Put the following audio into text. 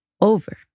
over